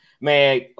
Man